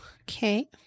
okay